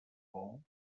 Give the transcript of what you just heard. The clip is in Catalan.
vol